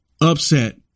upset